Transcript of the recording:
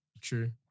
True